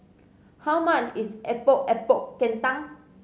how much is Epok Epok Kentang